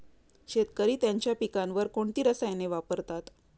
शेतकरी त्यांच्या पिकांवर कोणती रसायने वापरतात?